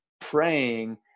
praying